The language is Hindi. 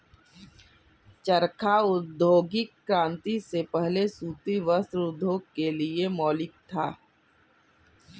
चरखा औद्योगिक क्रांति से पहले सूती वस्त्र उद्योग के लिए मौलिक था